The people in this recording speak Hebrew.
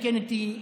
תקן אותי,